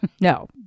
No